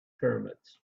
pyramids